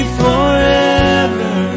forever